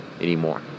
anymore